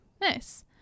Nice